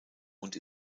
und